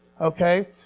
okay